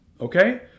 Okay